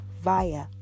via